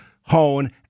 Hone